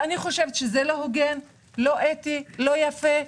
אני חושבת שזה לא הוגן, לא אתי, לא יפה,